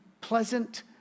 pleasant